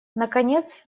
наконец